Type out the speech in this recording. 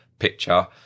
picture